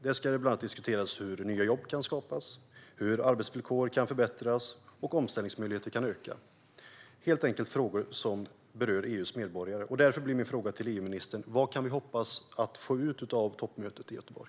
Där ska man bland annat diskutera hur nya jobb kan skapas, hur arbetsvillkor kan förbättras och hur omställningsmöjligheterna kan öka - helt enkelt frågor som berör EU:s medborgare. Därför blir min fråga till EU-ministern: Vad kan vi hoppas få ut av toppmötet i Göteborg?